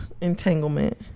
Entanglement